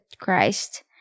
Christ